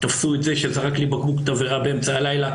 תפסו את זה שזרק לי בקבוק תבערה באמצע הלילה.